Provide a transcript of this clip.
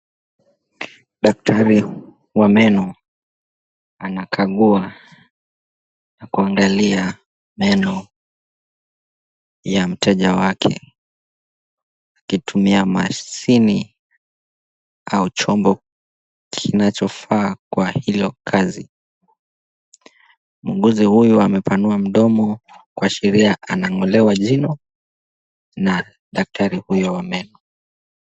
Daktari wa meno anakagua na kuangalia meno ya mteja wake ,akitumia mashini au chombo kinachofaa kwa hilo kazi muuguzi huyu amepanua mdomo kuashiria anang'olewa jino na daktari huyo wa meno.